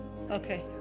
Okay